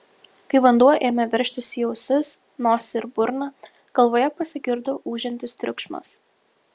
kai vanduo ėmė veržtis į ausis nosį ir burną galvoje pasigirdo ūžiantis triukšmas